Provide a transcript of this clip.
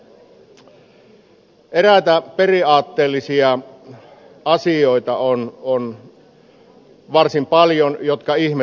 on varsin paljon eräitä periaatteellisia asioita jotka ihmetyttävät